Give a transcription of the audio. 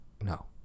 No